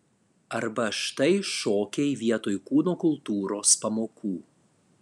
arba štai šokiai vietoj kūno kultūros pamokų